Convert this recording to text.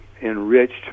enriched